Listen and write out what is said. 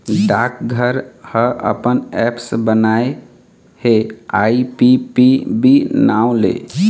डाकघर ह अपन ऐप्स बनाए हे आई.पी.पी.बी नांव ले